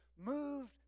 moved